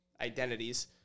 identities